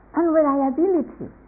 unreliability